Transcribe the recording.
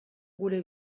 gure